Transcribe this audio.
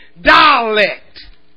dialect